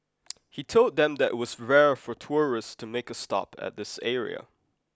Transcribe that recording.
he told them that was rare for tourists to make a stop at this area